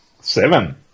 Seven